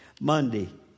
Monday